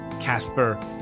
Casper